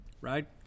right